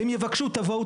הם יבקשו: תבואו,